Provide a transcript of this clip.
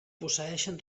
posseeixen